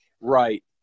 Right